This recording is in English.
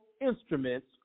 instruments